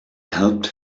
helped